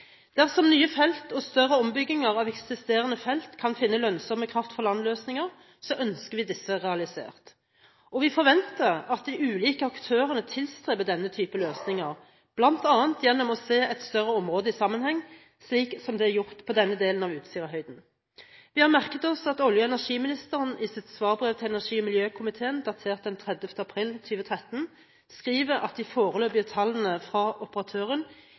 Dersom nye felt og større ombygginger av eksisterende felt kan finne lønnsomme kraft fra land-løsninger, ønsker vi disse realisert, og vi forventer at de ulike aktørene tilstreber denne type løsninger, bl.a. gjennom å se et større område i sammenheng, slik som det er gjort på denne delen av Utsirahøyden. Vi har merket oss at olje- og energiministeren i sitt svarbrev til energi- og miljøkomiteen datert den 30. april 2013 skriver at de foreløpige tallene fra operatøren